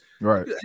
right